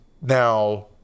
now